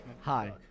Hi